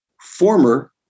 former